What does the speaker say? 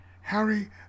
Harry